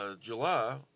July